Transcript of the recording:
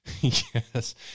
yes